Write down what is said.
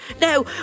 Now